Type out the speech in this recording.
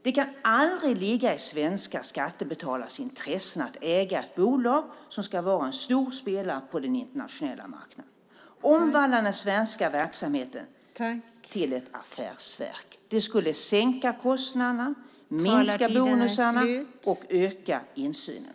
Det kan aldrig ligga i svenska skattebetalares intressen att äga ett bolag som ska vara en stor spelare på den internationella marknaden. Omvandla den svenska verksamheten till ett affärsverk. Det skulle sänka kostnaderna, minska bonusarna och öka insynen.